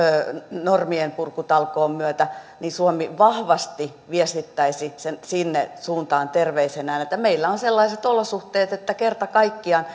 normien purkutalkoon myötä suomi vahvasti viestittäisi sinne suuntaan terveisinään että meillä on sellaiset olosuhteet että kerta kaikkiaan